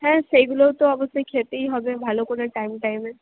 হ্যাঁ সেইগুলো তো অবশ্যই খেতেই হবে ভালো করে টাইম টাইমে